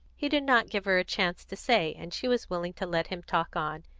he did not give her a chance to say, and she was willing to let him talk on,